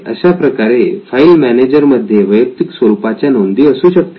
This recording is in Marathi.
अशाप्रकारे फाईल मॅनेजर मध्ये वैयक्तिक स्वरूपाच्या नोंदी सुद्धा असू शकतील